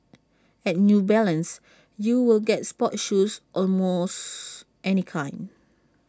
at new balance you will get sports shoes almost any kind